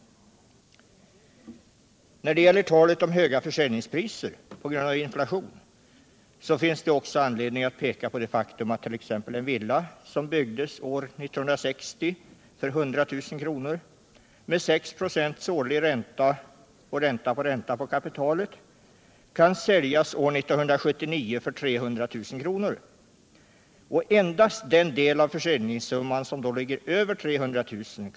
När det gäller talet om höga försäljningspriser på grund av inflation, så finns det också anledning peka på det faktum att t.ex. en villa som byggdes 1960 för 100 000 kr. med 6 96 årlig ränta på kapitalet kan säljas år 1979 för 300 000 kr. Endast den del av försäljningssumman som då ligger över 300 000 kr.